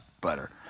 butter